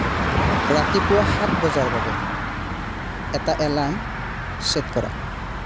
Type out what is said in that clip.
ৰাতিপুৱা সাত বজাৰ বাবে এটা এলাৰ্ম ছেট কৰা